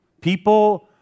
People